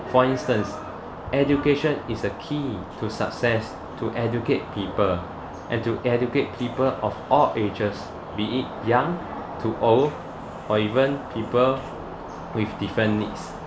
for instance education is a key to success to educate people and to educate people of all ages be it young to old or even people with different needs